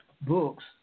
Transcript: books